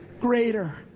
Greater